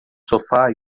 sofá